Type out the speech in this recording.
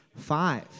Five